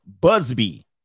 Busby